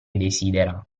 desidera